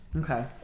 Okay